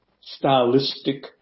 stylistic